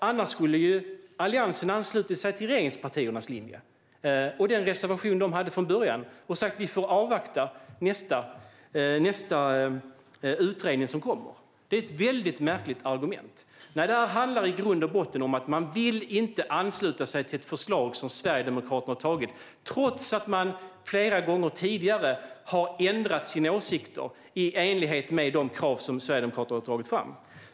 Annars skulle Alliansen ha anslutit sig till regeringspartiernas linje, den reservation som fanns från början, och sagt att man får avvakta tills nästa utredning kommer. Det är ett märkligt argument. Det här handlar i grund och botten om att man inte vill ansluta sig till ett förslag som Sverigedemokraterna har antagit, trots att man flera gånger tidigare har ändrat åsikt i enlighet med de krav som sverigedemokrater har tagit fram.